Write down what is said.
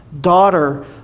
daughter